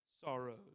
sorrows